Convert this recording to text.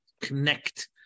connect